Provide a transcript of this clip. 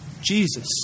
Jesus